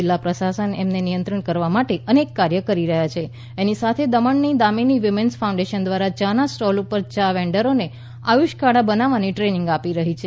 જિલ્લા પ્રશાસન ઍમને નિયંત્રણ કરવા માટે અનેક કાર્ય કરી રહ્યા છે ઍની સાથે દમણ ની દામિની વુમેન્સ ફાઉડેન્શન દ્રારા યા ના સ્ટોલ ઉપર યા વેન્ડરોને આયુષ કાઢા બનાવા ની ટ્રેનિગ આપી રહી છે